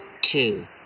two